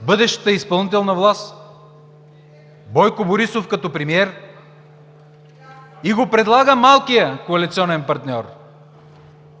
Бъдещата изпълнителна власт?! Бойко Борисов като премиер?! И го предлага малкият коалиционен партньор,